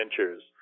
adventures